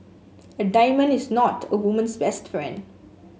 a diamond is not a woman's best friend